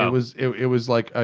it was it was like. ah